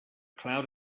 cloud